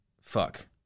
fuck